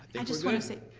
i just wanna say.